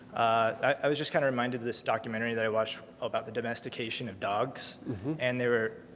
i was just kind of reminded this documentary that i watched about the domestication of dogs and they were,